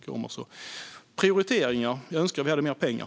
Det handlar om prioriteringar. Jag önskar att vi hade mer pengar.